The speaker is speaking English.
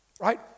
right